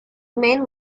man